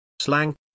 Slang